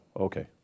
okay